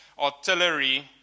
artillery